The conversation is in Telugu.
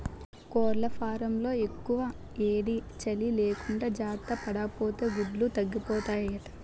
కోళ్లఫాంలో యెక్కుయేడీ, సలీ లేకుండా జార్తపడాపోతే గుడ్లు తగ్గిపోతాయట